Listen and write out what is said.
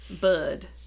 Bud